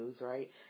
right